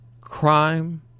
crime